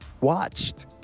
watched